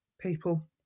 People